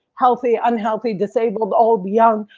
healthy, unhealthy disabled, old, young.